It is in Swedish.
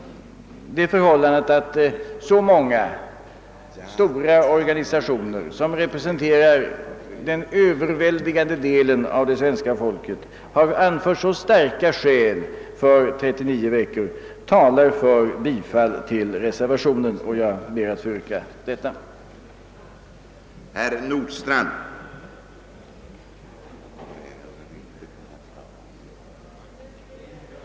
Det förhållandet att så många stora organisationer, som representerar den överväldigande delen av det svenska folket, har anfört så starka skäl för ett läsår om 39 veckor talar för bifall till reservationen 1. Jag ber därför att få yrka bifall till denna.